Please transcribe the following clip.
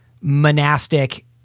monastic